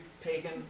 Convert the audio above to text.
pagan